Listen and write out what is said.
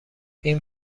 این